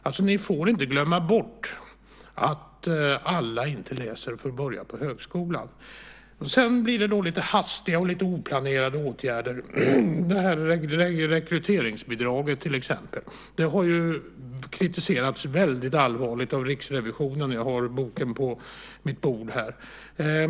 Ni får alltså inte glömma bort att alla inte läser för att börja på högskolan. Sedan blir det då lite hastiga och lite oplanerade åtgärder. Det här rekryteringsbidraget, till exempel, har ju kritiserats väldigt allvarligt av Riksrevisionen - jag har boken på mitt bord här.